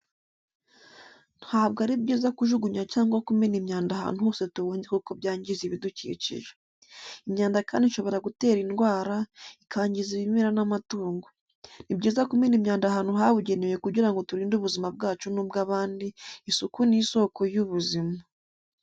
Ntabwo ari byiza kujugunya cyangwa kumena imyanda ahantu hose tubonye kuko byangiza ibidukikije. Imyanda kandi ishobora gutera indwara, ikangiza ibimera n'amatungo. Ni byiza kumena imyanda ahantu habugenewe kugira ngo turinde ubuzima bwacu n'ubw'abandi, isuku ni isoko y'ubuzima.